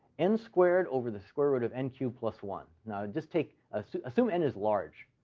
n squared over the square root of n cubed plus one. now, just take ah assume n is large.